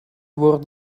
word